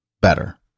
better